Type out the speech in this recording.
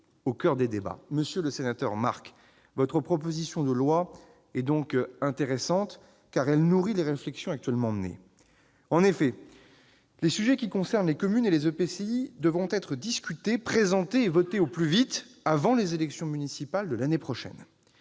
Monsieur le sénateur Alain Marc, votre proposition de loi est intéressante, car elle nourrit les réflexions actuellement menées. En effet, les sujets qui concernent les communes et les EPCI devront être discutés et des dispositions proposées et adoptées au plus vite, avant les élections municipales de l'année prochaine.